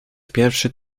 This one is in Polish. pierwszy